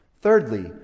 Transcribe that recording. Thirdly